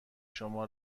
شما